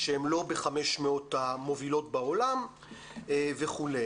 שהן לא ב-500 המובילות בעולם וכו'.